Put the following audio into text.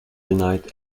denied